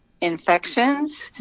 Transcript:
infections